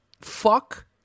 Fuck